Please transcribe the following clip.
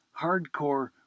hardcore